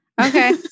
Okay